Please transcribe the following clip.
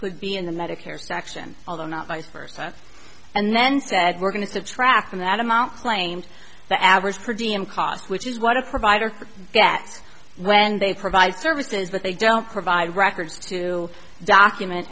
would be in the medicare section although not vice versa and then said we're going to subtract from that amount claimed the average per diem cost which is what a provider that when they provide services but they don't provide records to document